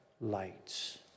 lights